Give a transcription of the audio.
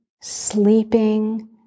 sleeping